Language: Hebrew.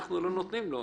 אנחנו לא נותנים לו,